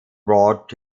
brought